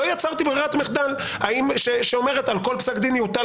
לא עצרתי ברירת מחדל שאומרת על כל פסק דין תוטל